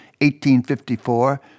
1854